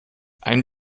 ein